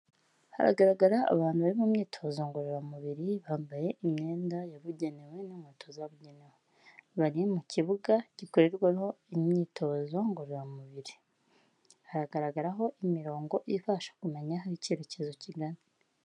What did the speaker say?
Haragaragara abantu bari mu myitozo ngororamubiri, bambaye imyenda yabugenewe n'inkweto zabugenewe, bari mu kibuga gikorerwaho imyitozo ngororamubiri, haragaragaraho imirongo ifasha kumenya aho ikerekezo kingana.